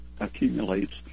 accumulates